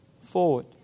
forward